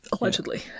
Allegedly